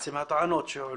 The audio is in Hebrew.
בעצם הטענות שהועלו.